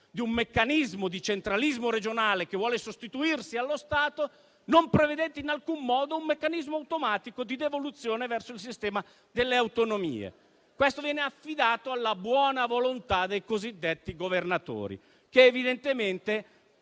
di un meccanismo di centralismo regionale che vuole sostituirsi allo Stato, non prevedete in alcun modo un meccanismo automatico di devoluzione verso il sistema delle autonomie. Questo viene affidato alla buona volontà dei cosiddetti governatori, che evidentemente